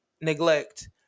neglect